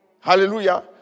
Hallelujah